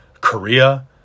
Korea